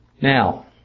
Now